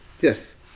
Yes